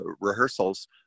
rehearsals